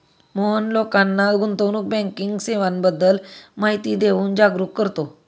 मोहन लोकांना गुंतवणूक बँकिंग सेवांबद्दल माहिती देऊन जागरुक करतो